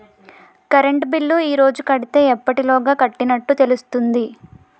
Current bill ఈ రోజు కడితే ఎప్పటిలోగా కట్టినట్టు తెలుస్తుంది?